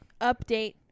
update